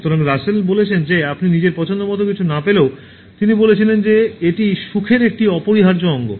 সুতরাং রাসেল বলেছেন যে আপনি নিজের পছন্দমতো কিছু না পেলেও তিনি বলেছিলেন যে এটি সুখের একটি অপরিহার্য অঙ্গ